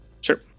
sure